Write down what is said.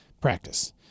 practice